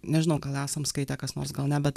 nežinau gal esam skaitę kas nors gal ne bet